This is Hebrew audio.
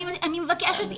אני מבקשת,